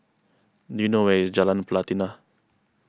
do you know where is Jalan Pelatina